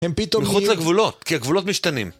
הם פתאום מחוץ לגבולות, כי הגבולות משתנים.